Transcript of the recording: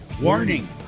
warning